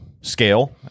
scale